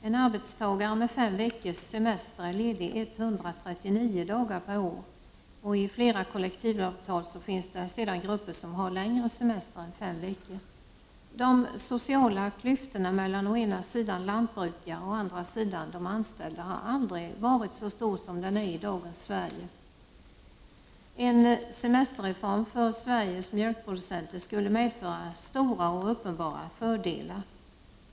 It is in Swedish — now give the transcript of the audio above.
En arbetstagare med fem veckors semeter är ledig 139 dagar per år. I flera kollektivavtal finns grupper som har längre semester än fem veckor. De sociala klyftorna mellan å ena sidan lantbrukare och å andra sidan de anställda har aldrig varit så stora som de är i dagens Sverige. En semesterreform för Sveriges mjölkproducenter skulle medföra stora och uppenbara fördelar.